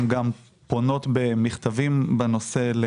והן גם פונות במכתבים בנושא.